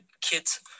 kids